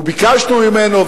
וביקשנו ממנו,